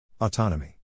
Autonomy